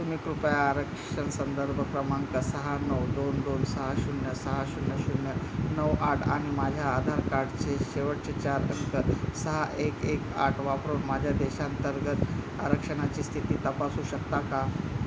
तुम्ही कृपया आरक्षण संदर्भ क्रमांक सहा नऊ दोन दोन सहा शून्य सहा शून्य शून्य नऊ आठ आणि माझ्या आधार कार्डचे शेवटचे चार अंक सहा एक एक आठ वापरून माझ्या देशांतर्गत आरक्षणाची स्थिती तपासू शकता का